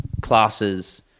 classes